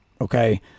okay